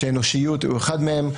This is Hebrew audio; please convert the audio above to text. כשאנושיות הוא אחד מהם.